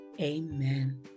Amen